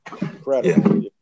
incredible